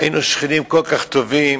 היינו שכנים כל כך טובים,